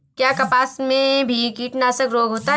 क्या कपास में भी कीटनाशक रोग होता है?